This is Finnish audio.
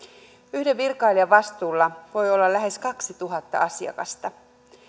yhden virkailijan vastuulla voi olla lähes kaksituhatta asiakasta